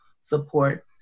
support